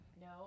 No